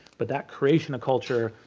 but that creation of culture,